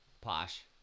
Posh